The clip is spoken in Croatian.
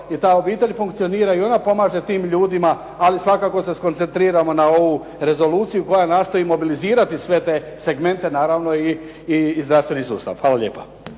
i ta obitelj funkcionira i ona pomaže tim ljudima ali svakako se skoncentrirajmo na ovu Rezoluciju koja nastoji mobilizirati sve te segmente naravno i zdravstveni sustav. Hvala lijepo.